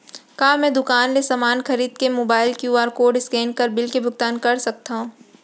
का मैं दुकान ले समान खरीद के मोबाइल क्यू.आर कोड स्कैन कर बिल के भुगतान कर सकथव?